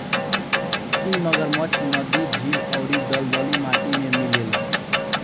इ मगरमच्छ नदी, झील अउरी दलदली माटी में मिलेला